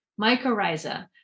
mycorrhiza